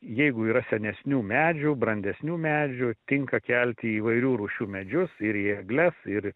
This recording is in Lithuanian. jeigu yra senesnių medžių brandesnių medžių tinka kelt į įvairių rūšių medžius ir į egles ir